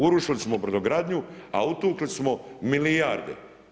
Urušiti ćemo brodogradnju, a utukli smo milijarde.